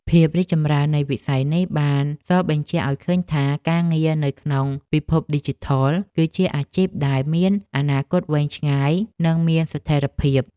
ភាពរីកចម្រើននៃវិស័យនេះបានសបញ្ជាក់ឱ្យឃើញថា ការងារនៅក្នុងពិភពឌីជីថល គឺជាអាជីពដែលមានអនាគតវែងឆ្ងាយនិងមានស្ថិរភាព។